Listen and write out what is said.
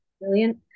brilliant